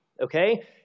Okay